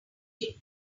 did